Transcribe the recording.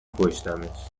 کشتمش